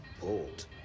bold